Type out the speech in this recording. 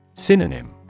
Synonym